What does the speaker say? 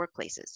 workplaces